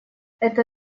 это